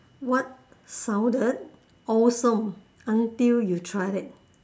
what sounded awesome until you tried it